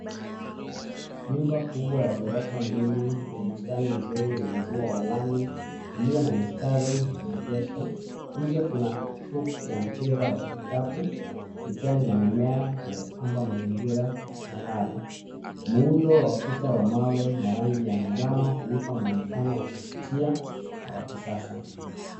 Nyumba kubwa ya gorofa mbili eneye bustani mzuri na njia ya lami ilio na mistari ya maegesho. Nje kuna ya mpira ya vikapu mitende na mimea inaopamba mazingira ya kifahari, muundo mawe na rangi ya manjano uiba muonekano wa kuvutia na wa kisasa.